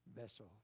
vessel